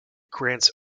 grants